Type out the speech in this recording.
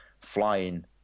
flying